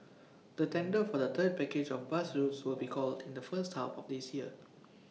the tender for the third package of bus routes will be called in the first half of this year